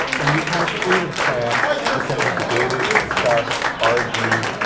and we kind of created a plan that then we debated, discussed, argued,